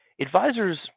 advisors